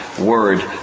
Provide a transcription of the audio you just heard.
word